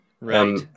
Right